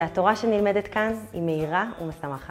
התורה שנלמדת כאן היא מהירה ומשמחה.